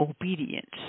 obedience